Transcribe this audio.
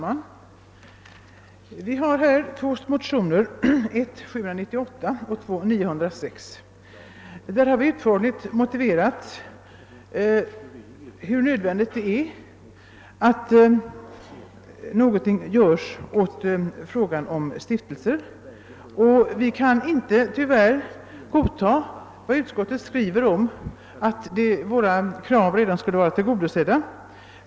Herr talman! I våra två motioner, 1: 798 och II: 906, har vi utförligt motiverat nödvändigheten av att någonting göres åt frågan om stiftelser. Vi kan nu inte godta vad utskottet skrivit, nämligen att våra krav redan är tillgodosedda.